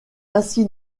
ainsi